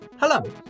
Hello